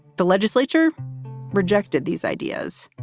the legislature rejected these ideas